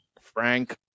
frank